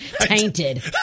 Tainted